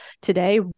today